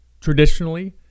traditionally